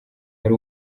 yari